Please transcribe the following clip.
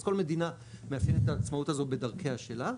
אז כל מדינה מאפיינת את העצמאות הזאת בדרכיה שלה.